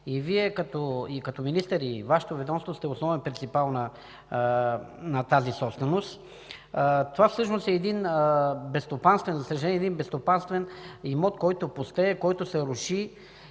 Вие като министър и Вашето ведомство сте основен принципал на тази собственост. Това всъщност е един безстопанствен имот, който пустее, руши се и